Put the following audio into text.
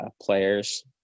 players